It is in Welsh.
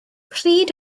pryd